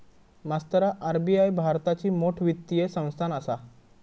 मास्तरा आर.बी.आई भारताची मोठ वित्तीय संस्थान आसा